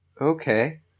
Okay